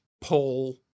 poll